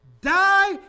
die